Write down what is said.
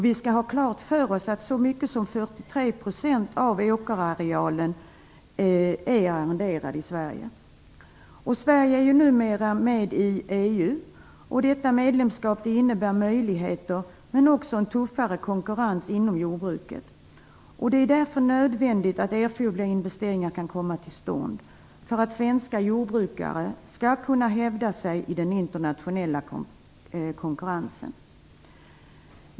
Vi skall ha klart för oss att så mycket som 43 % av åkerarealen i vårt land är arrenderad. Sveriges medlemskap i EU innebär möjligheter men också en tuffare konkurrens inom jordbruket. Det är nödvändigt att erforderliga investeringar kan komma till stånd, för att svenska jordbrukare skall kunna hävda sig i den internationella konkurrensen.